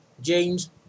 james